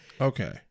Okay